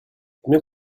combien